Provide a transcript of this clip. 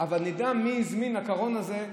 אבל נדע מי הזמין כרטיס לקרון הזה.